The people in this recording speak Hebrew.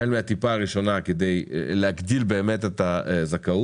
החל מהטיפה הראשונה, כדי להגדיל את הזכאות.